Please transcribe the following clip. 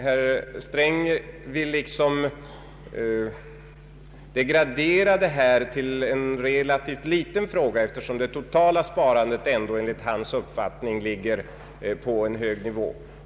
Herr Sträng vill liksom degradera deita till en relativt liten fråga, eftersom det totala sparandet ändå enligt hans uppfattning ligger på en hög nivå.